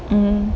mm